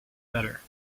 better